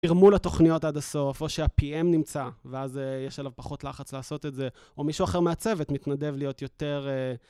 תרמו לתוכניות עד הסוף, או שה-PM נמצא ואז יש עליו פחות לחץ לעשות את זה, או מישהו אחר מהצוות מתנדב להיות יותר...